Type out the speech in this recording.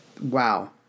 Wow